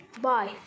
bye